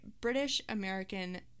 British-American-